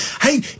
Hey